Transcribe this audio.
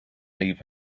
leave